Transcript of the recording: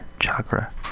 Chakra